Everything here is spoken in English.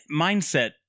mindset